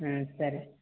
ம் சரி